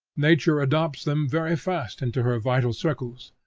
nature adopts them very fast into her vital circles,